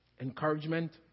encouragement